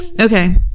Okay